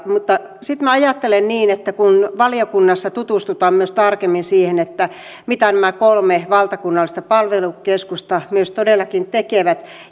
mutta sitten minä ajattelen niin että kun valiokunnassa tutustutaan myös tarkemmin siihen mitä nämä kolme valtakunnallista palvelukeskusta myös todellakin tekevät